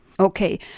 Okay